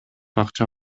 акча